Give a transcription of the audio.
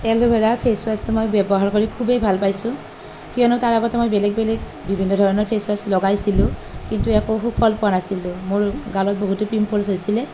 এল'বেৰা face ৱাছটো মই ব্যৱহাৰ কৰি খুবেই ভাল পাইছোঁ কিয়নো তাৰ আগতে মই বেলেগ বেলেগ বিভিন্ন ধৰণৰ ফেছ ৱাছ লগাইছিলোঁ কিন্তু একো ফল পোৱা নাছিলোঁ মোৰ গালত বহুতো পিম্পলছ হৈছিলে